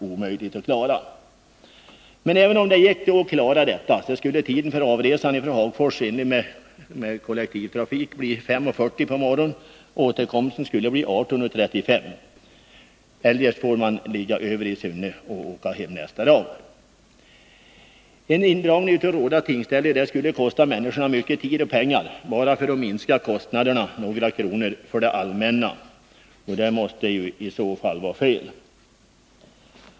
Om det gick att klara av ärendet under den tid jag angivit, skulle tiden för avresan från Hagfors, ifall man reser med kollektivtrafik, bli kl. 05.40 på morgonen med återkomst kl. 18.35 — annars får man övernatta i Sunne och åka hem nästa dag. En indragning av Råda tingsställe skulle kosta människorna mycket tid och pengar, bara för att minska kostnaderna med några kronor för det allmänna. Det måste vara fel.